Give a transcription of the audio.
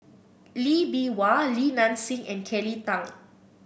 Lee Bee Wah Li Nanxing and Kelly Tang